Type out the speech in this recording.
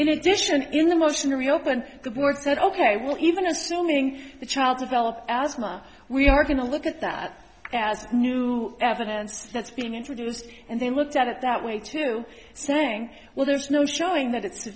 in addition in the motion to reopen the board said ok we'll even assuming the child develop asthma we are going to look at that as new evidence that's being introduced and they looked at it that way to saying well there's no showing that it's a